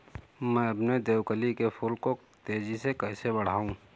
मैं अपने देवकली के फूल को तेजी से कैसे बढाऊं?